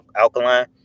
alkaline